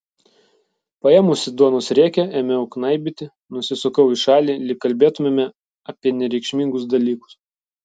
paėmusi duonos riekę ėmiau knaibyti nusisukau į šalį lyg kalbėtumėme apie nereikšmingus dalykus